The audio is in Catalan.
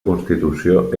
constitució